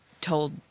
told